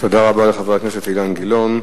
תודה רבה לחבר הכנסת אילן גילאון.